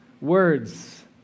words